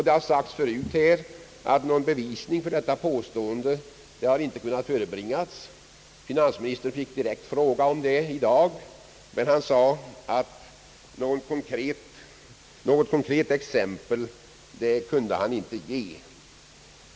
Det har sagts förut här att någon bevisning för dessa påståenden inte kunnat förebringas. Finansministern fick en direkt fråga om det i dag, men han sade att han inte kunde ge något konkret exempel.